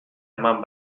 eman